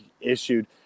issued